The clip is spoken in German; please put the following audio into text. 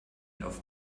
auf